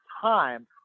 time